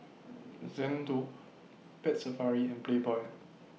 Xndo Pet Safari and Playboy